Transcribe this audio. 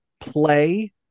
play